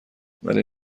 ولی